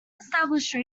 established